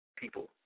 people